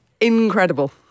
incredible